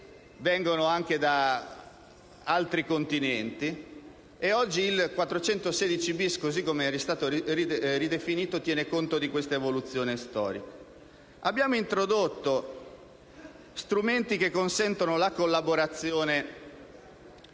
vengono anche da altri Continenti, e oggi il 416-*bis*, così come è stato ridefinito, tiene conto di questa evoluzione storica. Abbiamo introdotto strumenti che incentivano la collaborazione